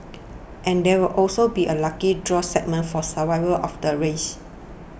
and there will also be a lucky draw segment for survivors of the race